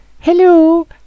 hello